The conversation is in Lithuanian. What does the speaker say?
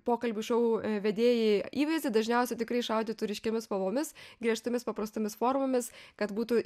pokalbių šou vedėjai įvaizdį dažniausia tikrai šaudytų ryškiomis spalvomis griežtomis paprastomis formomis kad būtų